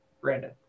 Brandon